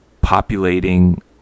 populating